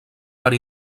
per